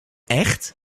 echt